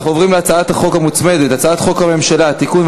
אנחנו עוברים להצעת החוק המוצמדת: הצעת חוק הממשלה (תיקון,